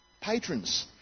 patrons